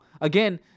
Again